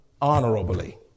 honorably